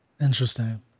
interesting